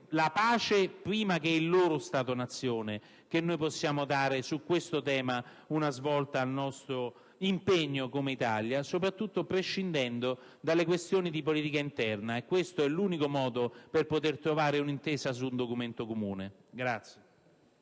la pace prima che il loro Stato-Nazione, l'Italia può dare su questi temi una svolta al proprio impegno, soprattutto prescindendo dalle questioni di politica interna. Questo è l'unico modo per poter trovare un'intesa su un documento comune.